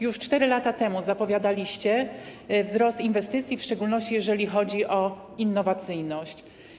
Już 4 lata temu zapowiadaliście wzrost inwestycji, w szczególności jeżeli chodzi o innowacyjność.